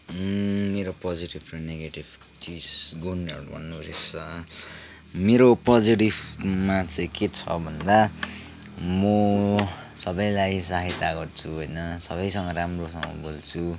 मेरो पोजेटिभ र नेगेटिभ चिज गुणहरू भन्नुपर्दा मेरो पोजेटिभमा चाहिँ के छ भन्दा म सबैलाई सहायता गर्छु होइन सबैसँग राम्रोसँग बोल्छु